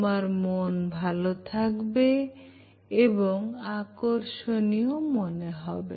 তোমার মন ভালো থাকবে এবং আকর্ষণীয় মনে হবে